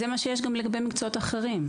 זה גם מה שיש לגבי מקצועות אחרים.